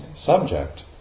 subject